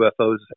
UFOs